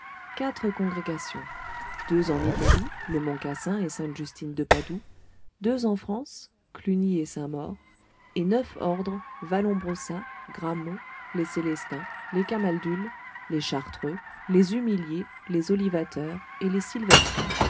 quatre congrégations deux en italie le mont cassin et sainte justine de padoue deux en france cluny et saint-maur et neuf ordres valombrosa grammont les célestins les camaldules les chartreux les humiliés les olivateurs et les